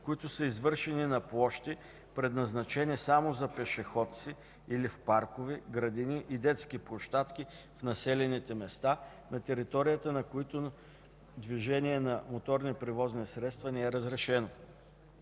които са извършени на площи, предназначени само за пешеходци или в паркове, градини и детски площадки в населените места, на територията на които движение на моторни превозни средства не е разрешено.